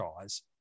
guys